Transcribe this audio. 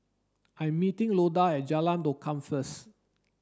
I am meeting Loda at Jalan Lokam first